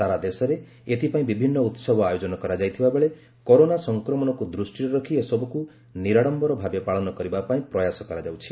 ସାରା ଦେଶରେ ଏଥିପାଇଁ ବିଭିନ୍ନ ଉହବ ଆୟୋଜନ କରାଯାଇଥିବା ବେଳେ କରୋନା ସଂକ୍ରମଣକୁ ଦୃଷ୍ଟିରେ ରଖି ଏସବୁକୁ ନିରାଡ଼ମ୍ବର ଭାବେ ପାଳନ କରିବା ପାଇଁ ପ୍ରୟାସ କରାଯାଉଛି